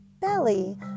belly